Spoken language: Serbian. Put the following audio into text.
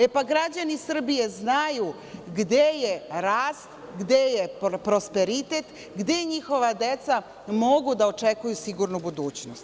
E, pa građani Srbije znaju gde je rast, gde je prosperitet, gde njihova deca mogu da očekuju sigurnu budućnost.